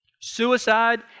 suicide